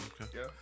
Okay